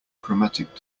chromatic